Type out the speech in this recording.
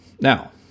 Now